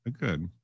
good